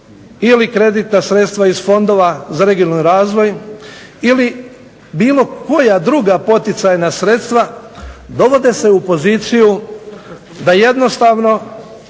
ili kreditna sredstva iz Fondova za regionalni razvoj ili bilo koja druga poticajna sredstva dovode se u poziciju da jednostavno